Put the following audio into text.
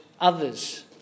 others